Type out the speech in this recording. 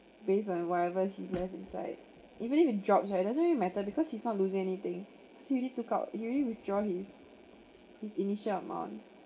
based on whatever he left inside even if it drops right doesn't really matter because he's not lose anything see he already took out he already withdraw his initial amount